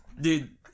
dude